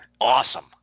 Awesome